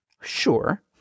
Sure